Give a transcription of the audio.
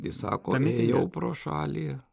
jis sako ėjau pro šalį